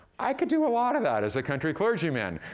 i could do a lot of that as a country clergyman,